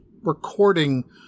recording